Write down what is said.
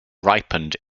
ripened